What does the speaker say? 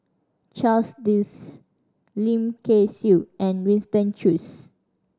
Charles Dyce Lim Kay Siu and Winston Choos